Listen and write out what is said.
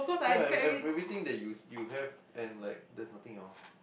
ya have I have everything that you s~ you have and like there's nothing else